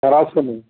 రాసుకున్న